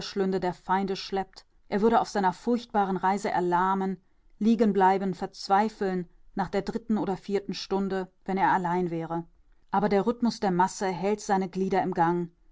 der feinde schleppt er würde auf seiner furchtbaren reise erlahmen liegenbleiben verzweifeln nach der dritten oder vierten stunde wenn er allein wäre aber der rhythmus der masse hält seine glieder im gang